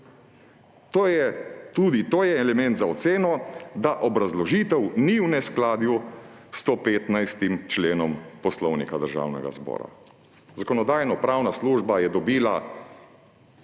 To je element za oceno, da obrazložitev ni v neskladju s 115. členom Poslovnika Državnega zbora. Zakonodajno-pravna služba in tudi